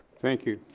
thank you.